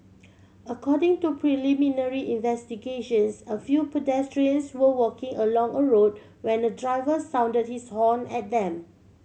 according to preliminary investigations a few pedestrians were walking along a road when a driver sounded his horn at them